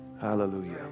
Hallelujah